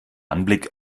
anblick